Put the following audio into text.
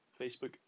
Facebook